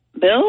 Bill